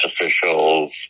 officials